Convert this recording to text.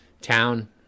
town